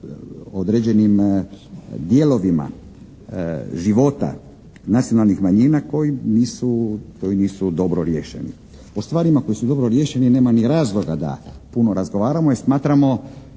određenim dijelovima života nacionalnih manjina koji nisu dobro riješeni. O stvarima koje su dobro riješeni nema ni razloga da puno razgovaramo jer smatramo